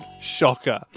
shocker